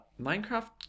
Minecraft